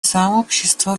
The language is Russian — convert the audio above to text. сообщество